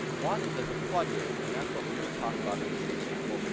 one is as a plugin, and that's what we're gonna talk about in this example.